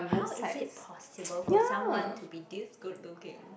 how is it possible for someone to be this good looking